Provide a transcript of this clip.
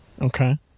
Okay